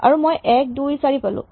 আৰু মই ১২৪ পালোঁ